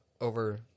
over